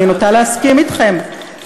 ואני נוטה להסכים אתכם,